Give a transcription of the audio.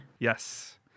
Yes